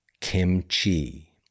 kimchi